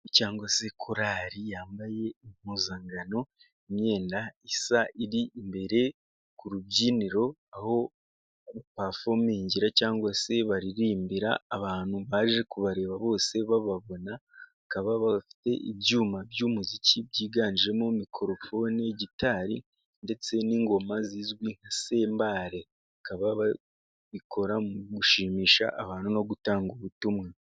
Cyangwa se korari yambaye impuzankano imyenda isa iri imbere ku rubyiniro aho bapafumingira cyangwa se baririmbira. Abantu baje kubareba bose bababona bakaba bafite ibyuma by'umuziki byiganjemo mikorofoni, gitari ndetse n'ingoma zizwi nka sembare. Bakaba babikora mu gushimisha abantu no gutanga ubutumwa.